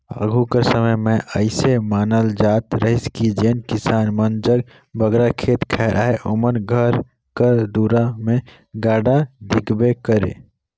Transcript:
आघु कर समे मे अइसे मानल जात रहिस कि जेन किसान मन जग बगरा खेत खाएर अहे ओमन घर कर दुरा मे गाड़ा दिखबे करे